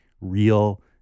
real